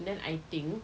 then I think